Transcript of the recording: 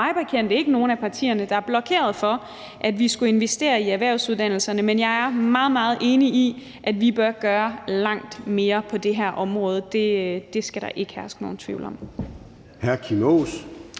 bekendt ikke nogen af partierne, der blokerede for, at vi skulle investere i erhvervsuddannelserne, men jeg er meget, meget enig i, at vi bør gøre langt mere på det her område. Det skal der ikke herske nogen tvivl om.